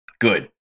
good